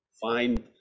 find